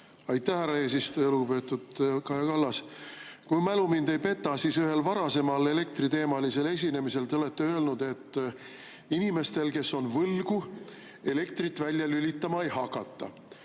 Aitäh, härra eesistuja! Lugupeetud Kaja Kallas! Kui mälu mind ei peta, siis ühel varasemal elektriteemalisel esinemisel te olete öelnud, et inimestel, kes on võlgu, elektrit välja lülitama ei hakata.